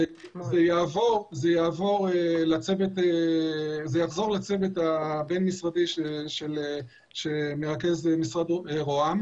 זה יחזור לצוות הבין-משרדי שמרכז משרד ראש הממשלה.